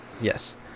yes